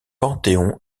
panthéon